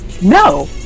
no